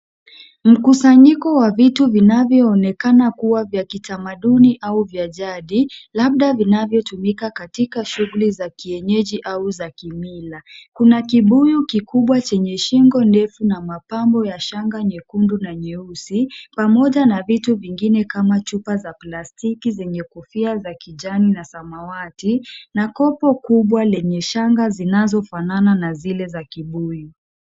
Mkusanyiko wa vitu vinavyoonekana kuwa vya kitamaduni au vya jadi, labda vinavyotumika katika shughuli za kienyeji au za kimila. Kuna kubuyu kikubwa chenye shingo ndefu na mapambo ya shanga nyekundu na nyeusi, pamoja na vitu vingine kama chupa za plastiki zenye kofia za kijani na samawati na kopo kubwa lenye shanga zinazofanana na zile za kibuyu.